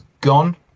gone